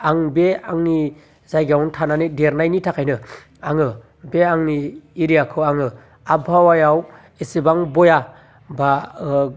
आं बे आंनि जायगायावनो थानानै देरनायनि थाखायनो आङो बे आंनि एरियाखौ आङो आबहावायाव एसेबां बया बा